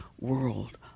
world